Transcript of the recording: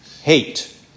hate